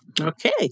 Okay